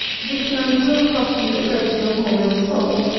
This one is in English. this mode will cost you a great deal more in salt,